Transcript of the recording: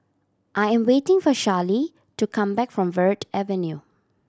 I am waiting for Charlee to come back from Verde Avenue